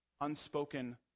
unspoken